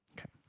Okay